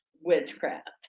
witchcraft